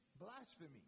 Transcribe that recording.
blasphemy